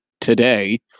today